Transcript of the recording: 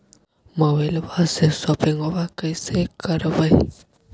मोबाइलबा से शोपिंग्बा कैसे करबै?